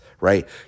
right